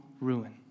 ruin